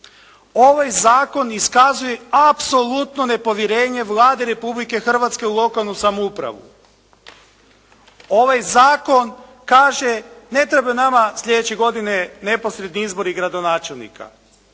Ovaj zakon iskazuje apsolutno nepovjerenje Vladi Republike Hrvatske u lokalnu samoupravu. Ovaj zakon kaže ne trebaju nama sljedeće godine neposredni izbori gradonačelnika.